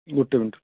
ଗୋଟେ ମିନିଟ୍